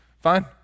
fine